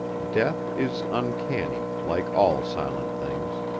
death is uncanny, like all silent things.